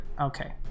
okay